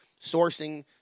sourcing